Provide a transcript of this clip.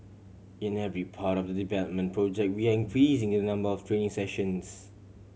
in every part of the development project we are increasing the number of training sessions